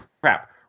crap